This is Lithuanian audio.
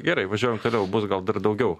gerai važiuojam toliau bus gal dar daugiau